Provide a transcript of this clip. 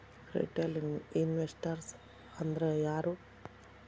Retail investors ಅಂದ್ರಾ ಯಾರು?